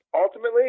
ultimately